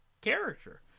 character